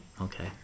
Okay